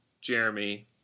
Jeremy